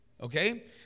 okay